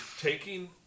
taking